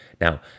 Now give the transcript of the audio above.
Now